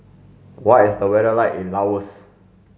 what is the weather like in Laos